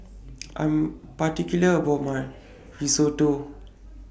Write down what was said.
I Am particular about My Risotto